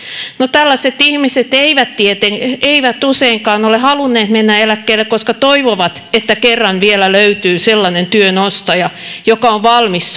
tällaiset ihmiset eivät useinkaan ole halunneet mennä eläkkeelle koska toivovat että kerran vielä löytyy sellainen työn ostaja joka on valmis